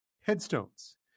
headstones